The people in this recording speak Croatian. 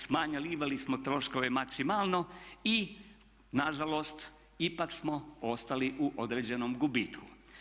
Smanjivali smo troškove maksimalno i na žalost ipak smo ostali u određenom gubitku.